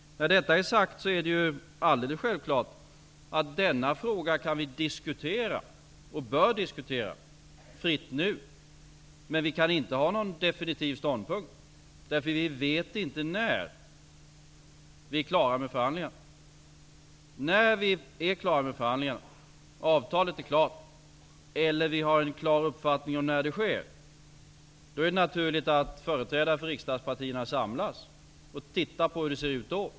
När detta är sagt är det alldeles självklart att vi kan, och bör, diskutera denna fråga fritt nu. Men vi kan inte inta en definitiv ståndpunkt, därför att vi inte vet när vi är klara med förhandlingarna. När vi är klara med förhandlingarna och avtalet är klart, eller vi har en klar uppfattning om när det sker, är det naturligt att företrädare för riksdagspartierna samlas och tittar på hur det då ser ut.